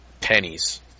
pennies